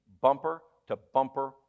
bumper-to-bumper